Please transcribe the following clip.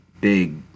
big